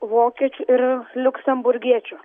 vokiečių ir liuksemburgiečių